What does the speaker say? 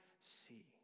see